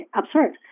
absurd